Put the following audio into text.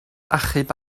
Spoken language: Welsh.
achub